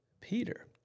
Peter